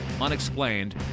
unexplained